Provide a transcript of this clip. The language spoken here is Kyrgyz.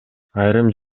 айрым